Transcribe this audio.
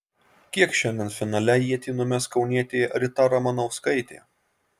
kiek šiandien finale ietį numes kaunietė rita ramanauskaitė